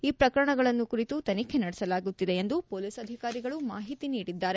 ಈ ಪ್ರಕರಣಗಳನ್ನು ಕುರಿತು ತನಿಖೆ ನಡೆಸಲಾಗುತ್ತಿದೆ ಎಂದು ಪೊಲೀಸ್ ಅಧಿಕಾರಿಗಳು ತಿಳಿಸಿದ್ದಾರೆ